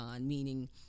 meaning